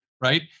right